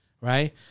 right